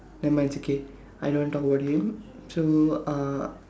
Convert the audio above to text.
nevermind it's okay I don't want to talk about him so uh